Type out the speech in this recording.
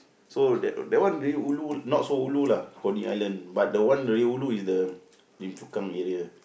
so that that one really ulu not so ulu lah Coney-Island but that one really ulu is the Lim-Chu-Kang area